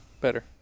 Better